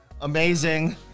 amazing